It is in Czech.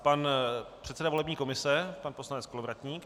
Pan předseda volební komise, pan poslanec Kolovratník.